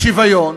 שוויון,